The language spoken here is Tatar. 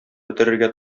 бетерергә